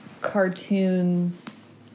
cartoons